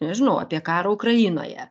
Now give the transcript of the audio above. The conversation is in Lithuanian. nežinau apie karą ukrainoje